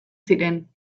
ziren